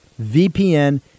VPN